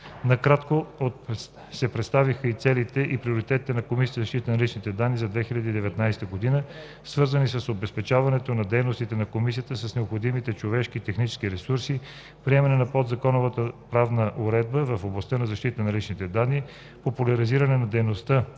Накратко се представиха и целите, и приоритетите на КЗЛД за 2019 г., свързани с обезпечаване на дейностите на Комисията с необходимите човешки и технически ресурси, приемане на подзаконовата правна уредба в областта на защитата на личните данни, популяризиране на дейността